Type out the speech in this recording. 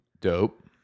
Dope